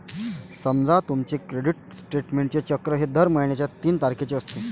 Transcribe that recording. समजा तुमचे क्रेडिट स्टेटमेंटचे चक्र हे दर महिन्याच्या तीन तारखेचे असते